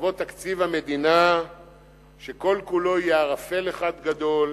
יבוא תקציב המדינה שכל-כולו יהיה ערפל אחד גדול